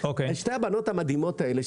שתי הבנות המדהימות האלה,